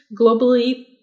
Globally